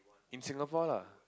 in Singapore lah